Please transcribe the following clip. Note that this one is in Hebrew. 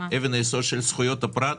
של זכויות הפרט,